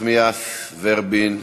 נחמיאס ורבין,